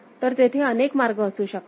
तर तेथे अनेक मार्ग असू शकतात